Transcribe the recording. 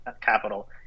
capital